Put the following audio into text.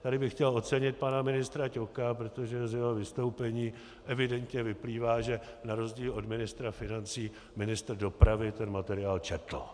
Tady bych chtěl ocenit pana ministra Ťoka, protože z jeho vystoupení evidentně vyplývá, že na rozdíl od ministra financí ministr dopravy ten materiál četl.